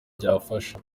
byafasha